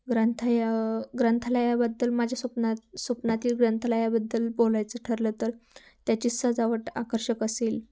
ग्रंथय ग्रंथालयाबद्दल माझ्या स्वप्नात स्वप्नातील ग्रंथालयाबद्दल बोलायचं ठरलं तर त्याची सजावट आकर्षक असेल